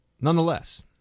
Nonetheless